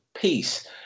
peace